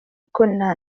كنا